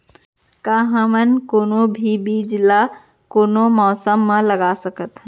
का हमन कोनो भी बीज ला कोनो मौसम म लगा सकथन?